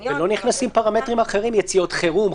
בקניון --- ולא נכנסים פרמטרים אחרים יציאות חירום,